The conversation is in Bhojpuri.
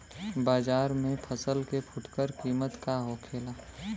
बाजार में फसल के फुटकर कीमत का होखेला?